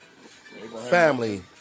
family